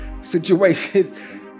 situation